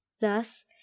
Thus